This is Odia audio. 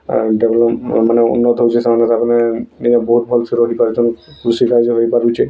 ଆର୍ ଡେଭ୍ଲପ୍ ଆର୍ ମାନେ ଉନ୍ନତ ହଉଛେ ସେମାନେ ତାପ୍ନେ ଇନେ ବହୁତ୍ ଭଲ୍ସେ ରହିପାରୁଛନ୍ କୃଷିକାଯ୍ୟ ବି ହେଇ ପାରୁଚେ